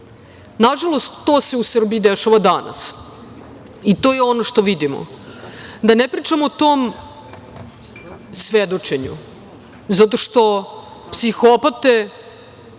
vlasti. Nažalost, to se u Srbiji dešava danas, i to je ono što vidimo, da ne pričam o tom svedočenju zato što psihopate